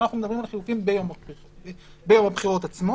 אנחנו מדברים על חילופים ביום הבחירות עצמו.